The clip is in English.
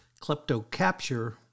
KleptoCapture